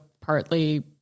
partly